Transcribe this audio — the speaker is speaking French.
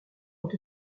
ont